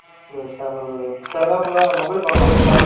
இல்லை சார் ஒரு எட்டாயிருவாக்குள்ளே மொபைல் பார்க்கலாமா சார்